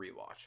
rewatch